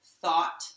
thought